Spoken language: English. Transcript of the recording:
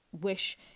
wish